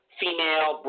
female